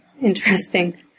interesting